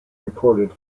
reported